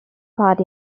part